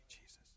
Jesus